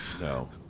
no